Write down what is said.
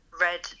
red